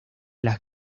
las